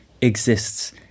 exists